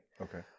okay